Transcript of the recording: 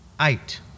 Eight